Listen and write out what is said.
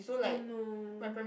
oh no